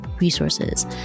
resources